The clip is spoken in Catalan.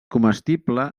comestible